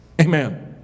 Amen